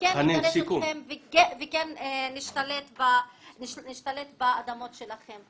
כן נגרש אתכם וכן נשתלט באדמות שלכם.